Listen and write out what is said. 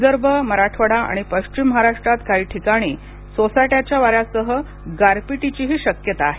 विदर्भ मराठवाडा आणि पश्चिम महाराष्ट्रात काही ठिकाणी सोसाट्याच्या वाऱ्यासह गारपीटचीही शक्यता आहे